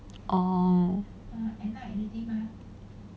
oh